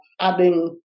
adding